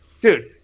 dude